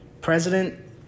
president